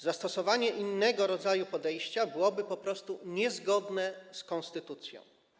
Zastosowanie innego rodzaju podejścia byłoby po prostu niezgodne z konstytucją.